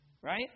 right